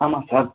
ஆமாம் சார்